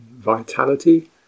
Vitality